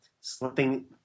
slipping